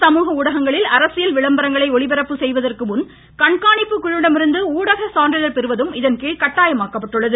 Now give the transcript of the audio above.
சமூக ஊடகங்களில் அரசியல் விளம்பரங்களை ஒளிபரப்பு செய்வதற்கு முன் கண்காணிப்பு குழுவிடமிருந்து ஊடக சான்றிதழ் பெறுவதும் இகன்கீழ் கட்டாயமாக்கப்பட்டுள்ளது